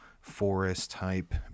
forest-type